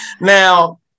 Now